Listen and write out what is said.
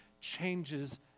changes